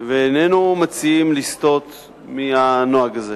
ואיננו מציעים לסטות מהנוהג הזה,